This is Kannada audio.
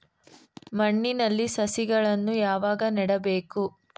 ಮಣ್ಣಿನಲ್ಲಿ ಸಸಿಗಳನ್ನು ಯಾವಾಗ ನೆಡಬೇಕು?